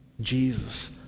Jesus